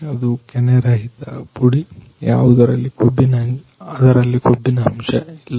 ಅದು ಕೆನೆರಹಿತ ಪುಡಿ ಅದರಲ್ಲಿ ಯಾವುದೇ ಕೊಬ್ಬಿನ ಅಂಶ ಇಲ್ಲ